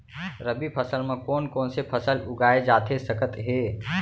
रबि फसल म कोन कोन से फसल उगाए जाथे सकत हे?